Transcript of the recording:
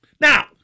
Now